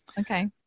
Okay